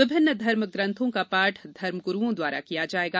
विभिन्न धर्म ग्रंथों का पाठ धर्मग्रूओं द्वारा किया जायेगा